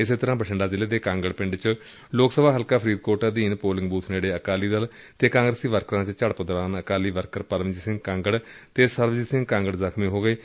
ਇਸੇ ਤਰਾਂ ਬਠਿੰਡਾ ਜ਼ਿਲ੍ਹੇ ਦੇ ਕਾਂਗੜ ਪਿੰਡ ਚ ਲੋਕ ਸਭਾ ਹਲਕਾ ਫਰੀਦਕੋਟ ਅਧੀਨ ਪੋਲਿੰਗ ਬੁਬ ਨੇੜੇ ਅਕਾਲੀ ਦਲ ਅਤੇ ਕਾਂਗਰਸੀ ਵਰਕਰਾਂ ਚ ਝੜਪ ਦੌਰਾਨ ਅਕਾਲੀ ਵਰਕਰ ਪਰਮਜੀਤ ਸਿੰਘ ਕਾਂਗੜ ਅਤੇ ਸਰਬਜੀਤ ਸਿੰਘ ਕਾਂਗੜ ਜ਼ਖ਼ਮੀ ਹੋ ਗਏ ਨੇ